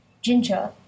Ginger